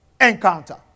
encounter